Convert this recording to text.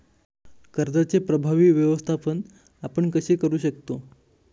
कर्जाचे प्रभावी व्यवस्थापन आपण कसे करु शकतो?